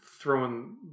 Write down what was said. Throwing